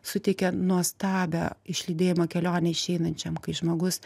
suteikia nuostabią išlydėjimo kelionę išeinančiam kai žmogus